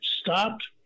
stopped